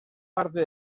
parte